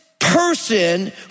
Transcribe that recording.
person